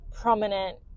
prominent